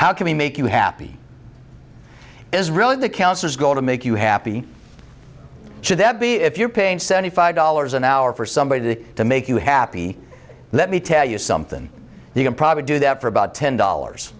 how can you make you happy is really the counselors go to make you happy should that be if you're paying seventy five dollars an hour for somebody to make you happy let me tell you something you can probably do that for about ten dollars